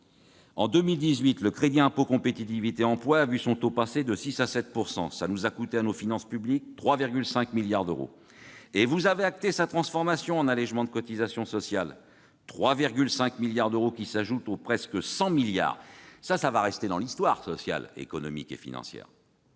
En 2018, le crédit d'impôt pour la compétitivité et l'emploi a vu son taux passer de 6 % à 7 %, ce qui a coûté à nos finances publiques 3,5 milliards d'euros. Et vous avez acté sa transformation en allégements de cotisations sociales : 3,5 milliards d'euros, qui s'ajoutent à presque 100 milliards d'euros. Cela restera dans l'histoire sociale, économique et financière